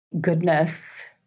goodness